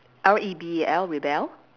R E B E L rebel